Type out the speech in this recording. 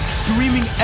streaming